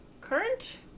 current